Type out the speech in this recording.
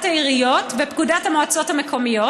העיריות ולפקודת המועצות המקומיות.